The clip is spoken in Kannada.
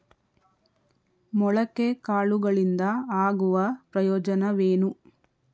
ಮೊಳಕೆ ಕಾಳುಗಳಿಂದ ಆಗುವ ಪ್ರಯೋಜನವೇನು?